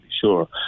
sure